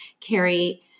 Carrie